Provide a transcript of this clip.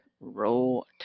roll